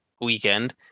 weekend